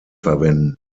verwenden